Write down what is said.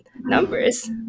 numbers